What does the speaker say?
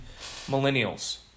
millennials